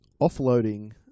offloading